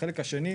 החלק השני,